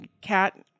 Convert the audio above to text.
cat